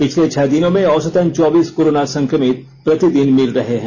पिछले छह दिनों में औसतन चौबीस कोरोना संक्रमित प्रतिदिन मिल रहे हैं